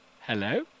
Hello